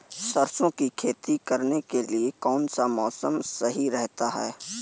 सरसों की खेती करने के लिए कौनसा मौसम सही रहता है?